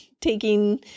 taking